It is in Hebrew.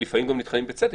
לפעמים הם גם נטחנים בצדק,